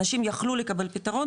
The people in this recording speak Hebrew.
אנשים יכלו לקבל פתרון